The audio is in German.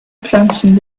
pflanzen